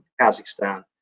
Kazakhstan